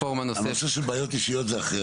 הנושא של בעיות אישיות זה אחרי